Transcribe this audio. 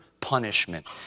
punishment